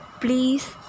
please